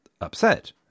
Upset